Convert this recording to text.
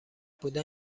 بودن